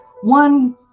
one